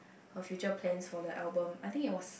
her future plans for the album I think it was